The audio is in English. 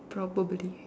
probably